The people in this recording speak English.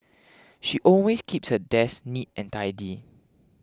she always keeps her desk neat and tidy